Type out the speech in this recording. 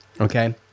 Okay